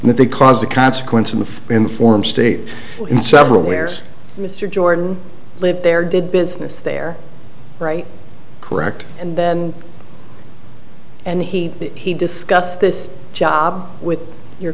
and that they cause the consequence of the inform state in several where's mr jordan lived there did business there right correct and then and he he discussed this job with your